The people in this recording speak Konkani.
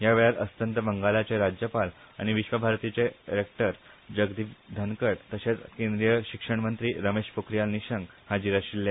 यावेळार अस्तंत बंगालचे राज्यपाल आनी विश्वभारतीचे रेक्टर जगदीप धनखड तशेंच केंद्रीय शिक्षण मंत्री रमेश पोखरियाल निःशंक हाजीर आशिल्ले